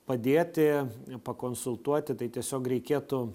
padėti pakonsultuoti tai tiesiog reikėtų